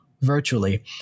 virtually